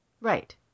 Right